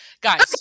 Guys